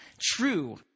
true